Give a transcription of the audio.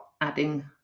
adding